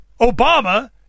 Obama